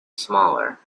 smaller